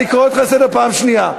אני קורא אותך לסדר בפעם השנייה.